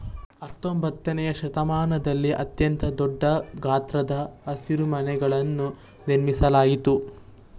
ಹತ್ತೊಂಬತ್ತನೆಯ ಶತಮಾನದಲ್ಲಿ ಅತ್ಯಂತ ದೊಡ್ಡ ಗಾತ್ರದ ಹಸಿರುಮನೆಗಳನ್ನು ನಿರ್ಮಿಸಲಾಯ್ತು